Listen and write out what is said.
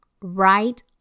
right